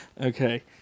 Okay